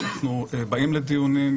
אנחנו באים לדיונים,